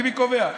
ביבי קובע?